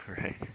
Right